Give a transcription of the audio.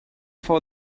for